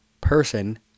person